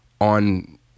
on